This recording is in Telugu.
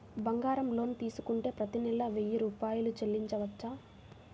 బంగారం లోన్ తీసుకుంటే ప్రతి నెల వెయ్యి రూపాయలు చెల్లించవచ్చా?